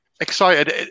Excited